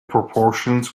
proportions